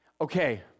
okay